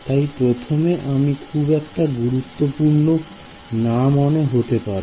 তাই প্রথমে এটি খুব একটা গুরুত্বপূর্ণ না মনে হতে পারে